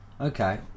okay